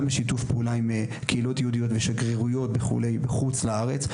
גם בשיתוף פעולה עם קהילות יהודיות ושגרירויות בחוץ לארץ,